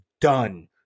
done